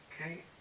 Okay